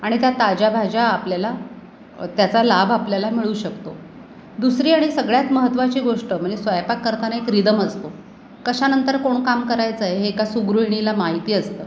आणि त्या ताज्या भाज्या आपल्याला त्याचा लाभ आपल्याला मिळू शकतो दुसरी आणि सगळ्यात महत्त्वाची गोष्ट म्हणजे स्वयंपाक करताना एक रिदम असतो कशानंतर कोण काम करायचं आहे हे एका सुगृहिणीला माहिती असतं